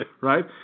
Right